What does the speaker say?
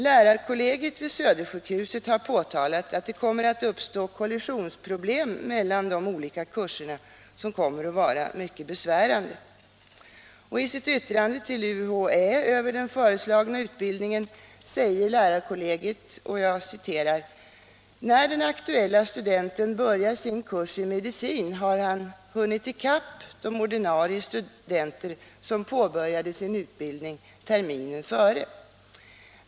Lärarkollegiet vid Södersjukhuset har påtalat, att det kommer att uppstå problem med kollisioner mellan de olika kurserna, som kommer att vara mycket besvärande. ”När den aktuella studenten börjar sin kurs i medicin har man hunnit i kapp de ordinarie studenter, som påbörjade sin utbildning terminen före.